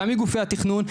גם מגופי התכנון,